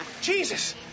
Jesus